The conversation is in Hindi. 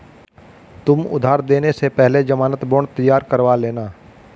तुम उधार देने से पहले ज़मानत बॉन्ड तैयार करवा लेना